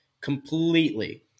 completely